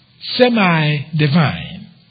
semi-divine